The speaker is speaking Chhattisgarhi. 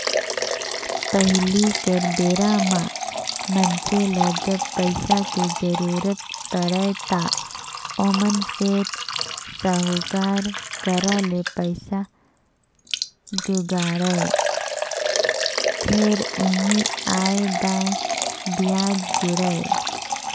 पहिली कर बेरा म मइनसे ल जब पइसा के जरुरत पड़य त ओमन सेठ, साहूकार करा ले पइसा जुगाड़य, फेर ओही आंए बांए बियाज जोड़य